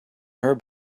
her